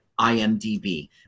IMDb